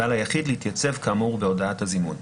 ועל היחיד החייב להתייצב כאמור בהודעת הזימון."